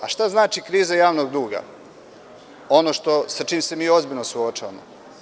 A šta znači kriza javnog duga, ono sa čim se mi ozbiljno suočavamo?